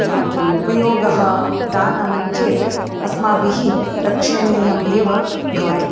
किम् उपयोगः दानं चेत् अस्माभिः रक्षणीयम् एव भवति